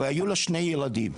והיו לה שני ילדים,